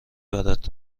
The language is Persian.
برد